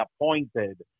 appointed